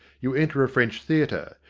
you enter a french theatre.